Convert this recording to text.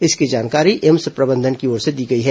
इसकी जानकारी एम्स प्रबंधन की ओर से दी गई है